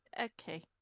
Okay